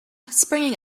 springing